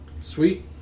Sweet